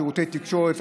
שירותי תקשורת,